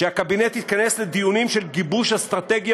שהקבינט ייכנס לדיונים של גיבוש אסטרטגיה